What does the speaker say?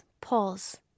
pause